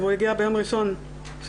הוא הגיע ביום ראשון שאחרי.